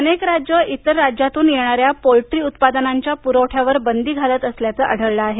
अनेक राज्ये इतर राज्यातून येणाऱ्या पोल्ट्री उत्पादनांच्या पुरवठ्यावर बंदी घालत असल्याचं आढळलं आहे